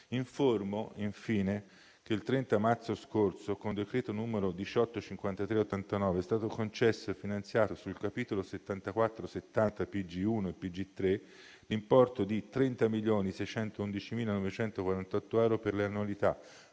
Informo, infine, che il 30 marzo scorso, con apposito decreto, è stato concesso e finanziato sul capitolo 7470 PG1 e PG3 l'importo di 30.611.948 euro per le annualità